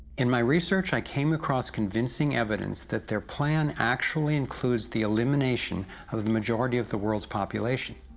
in my research, i came across convincing evidence that their plan actually includes the elimination of the majority of the world's population.